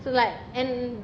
so like and